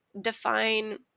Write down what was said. define